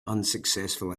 unsuccessful